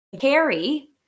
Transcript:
Carry